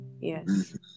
Yes